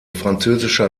französischer